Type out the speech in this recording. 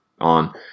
on